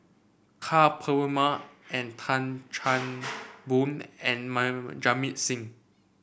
Ka Perumal and Tan Chan Boon and my Jamit Singh